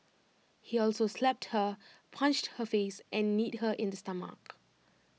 he also slapped her punched her face and kneed her in the stomach